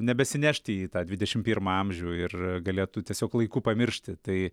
nebesinešti į tą dvidešimt pirmą amžių ir galėtų tiesiog laiku pamiršti tai